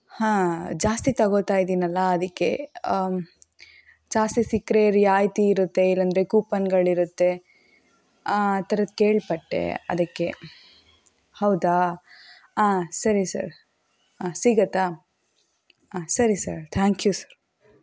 ಹಾಂ ಜಾಸ್ತಿ ತೊಗೋತಾಯಿದ್ದೀನಲ್ಲ ಅದಕ್ಕೆ ಜಾಸ್ತಿ ಸಿಕ್ಕರೆ ರಿಯಾಯಿತಿ ಇರುತ್ತೆ ಇಲ್ಲಾಂದ್ರೆ ಕೂಪನ್ಗಳಿರುತ್ತೆ ಹಾಂ ಆ ಥರದ್ದು ಕೇಳ್ಪಟ್ಟೆ ಅದಕ್ಕೆ ಹೌದಾ ಹಾಂ ಸರಿ ಸರ್ ಹಾಂ ಸಿಗುತ್ತಾ ಹಾಂ ಸರಿ ಸರ್ ಥ್ಯಾಂಕ್ ಯು ಸರ್